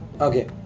Okay